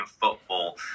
football